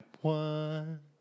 One